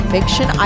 Fiction